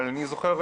אבל אני זוכר,